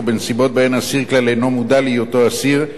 או בנסיבות שבהן האסיר כלל אינו מודע להיותו אסיר,